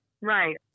Right